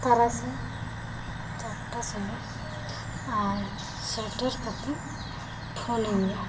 ᱛᱟᱨᱟᱥᱤᱝ ᱪᱟᱨᱴᱟ ᱥᱚᱢᱚᱭ ᱟᱨ ᱥᱮᱴᱮᱨ ᱠᱟᱛᱮ ᱯᱷᱳᱱ ᱟᱹᱧ ᱢᱮ